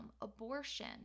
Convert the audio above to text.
abortion